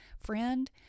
Friend